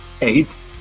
Eight